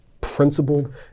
principled